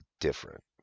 different